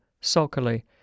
sulkily